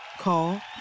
Call